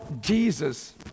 Jesus